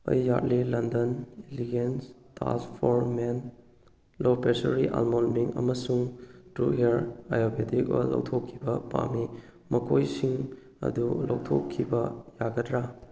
ꯑꯩ ꯌꯥꯔꯠꯂꯦ London elegance talc for men ꯔꯣ ꯄ꯭ꯔꯦꯁꯔꯤ ꯑꯥꯜꯃꯣꯟ ꯃꯤꯜꯛ ꯑꯃꯁꯨꯡ ꯇ꯭ꯔꯨ ꯍꯤꯌꯥꯔ ꯑꯥꯔꯌꯨꯕꯦꯗꯤꯛ ꯑꯣꯏꯜ ꯂꯧꯊꯣꯛꯈꯤꯕ ꯄꯥꯝꯃꯤ ꯃꯈꯣꯏꯁꯤꯡ ꯑꯗꯨ ꯂꯧꯊꯣꯛꯈꯤꯕ ꯌꯥꯒꯗ꯭ꯔꯥ